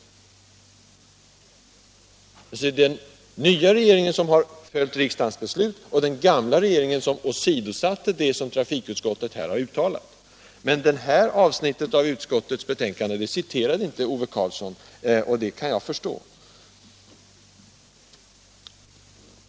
Det är den nya regeringen som har följt riksdagens beslut, och det var den gamla regeringen som åsidosatte vad trafikutskottet här har uttalat. Men detta avsnitt av utskottets betänkande citerade inte Ove Karlsson, och det kan jag förstå.